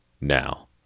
now